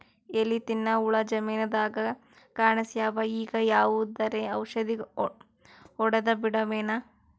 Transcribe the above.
ಎಲಿ ತಿನ್ನ ಹುಳ ಜಮೀನದಾಗ ಕಾಣಸ್ಯಾವ, ಈಗ ಯಾವದರೆ ಔಷಧಿ ಹೋಡದಬಿಡಮೇನ?